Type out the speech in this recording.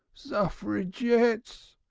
suffragettes,